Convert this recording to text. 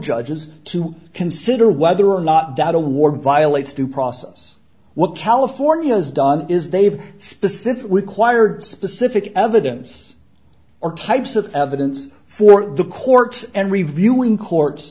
judges to consider whether or not that award violates due process what california has done is they've specific required specific evidence or types of evidence for the courts and reviewing court